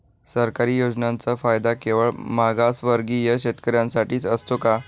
सरकारी योजनांचा फायदा केवळ मागासवर्गीय शेतकऱ्यांसाठीच असतो का?